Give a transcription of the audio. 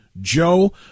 Joe